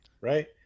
Right